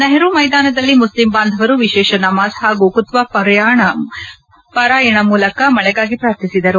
ನೆಹರು ಮೈದಾನದಲ್ಲಿ ಮುಸ್ಲಿಂ ಬಾಂಧವರು ವಿಶೇಷ ನಮಾಜ್ ಹಾಗೂ ಕುತ್ಬಾ ಪಾರಾಯಣ ಮೂಲಕ ಮಳೆಗಾಗಿ ಪ್ರಾರ್ಥಿಸಿದರು